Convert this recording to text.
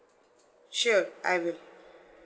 sure I will